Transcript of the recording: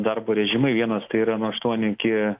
darbo režimai vienas tai yra nuo aštuonių iki